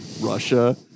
Russia